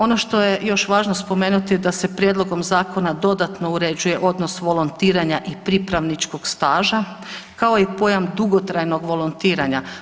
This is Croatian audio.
Ono što je važno spomenuti da se prijedlogom zakona dodatno uređuje odnos volontiranja i pripravničkog staža kao i pojam dugotrajnog volontiranja.